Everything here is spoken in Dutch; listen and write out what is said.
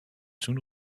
zoen